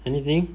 anything